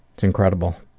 it's incredible.